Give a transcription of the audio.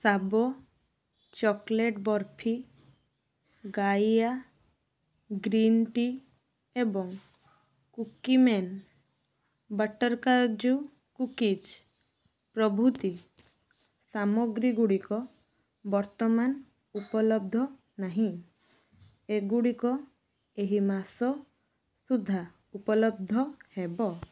ଶାବ chocolate barfi Gaia green tea ଏବଂ Cookie Man butter କାଜୁ cookies ପ୍ରଭୃତି ସାମଗ୍ରୀଗୁଡ଼ିକ ବର୍ତ୍ତମାନ ଉପଲବ୍ଧ ନାହିଁ ଏଗୁଡ଼ିକ ଏହି ମାସ ସୁଦ୍ଧା ଉପଲବ୍ଧ ହେବ